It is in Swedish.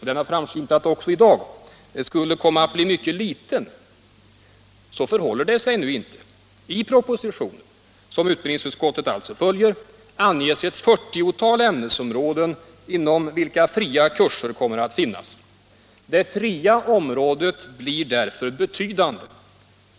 och den har framskymtat också i dag — att högskoleutbildningens fria del skulle komma att bli mycket liten. Så förhåller det sig inte. I propositionen, som utskottet följer, anges ett 40-tal ämnesområden inom vilka fria kurser kommer att finnas. Det fria området blir därför betydande.